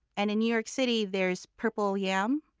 and in new york city, there's purple yam,